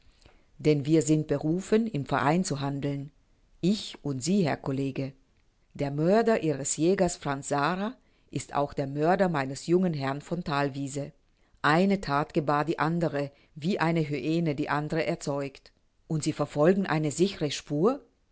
denn wir sind berufen im verein zu handeln ich und sie herr college der mörder ihres jägers franz sara ist auch der mörder meines jungen herrn von thalwiese eine that gebar die andere wie eine hyäne die andere erzeugt und sie verfolgen eine sichere spur